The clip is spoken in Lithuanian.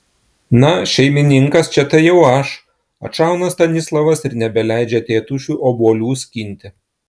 na šeimininkas čia tai jau aš atšauna stanislovas ir nebeleidžia tėtušiui obuolių skinti